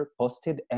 posted